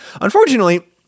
Unfortunately